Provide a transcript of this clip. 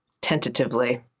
tentatively